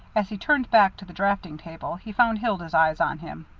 as he turned back to the draughting table, he found hilda's eyes on him.